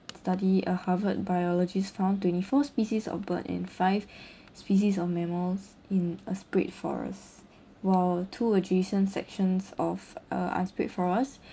study a harvard biologist found twenty four species of bird and five species of mammals in a sprayed forest while two adjacent sections of uh unsprayed forest